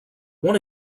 one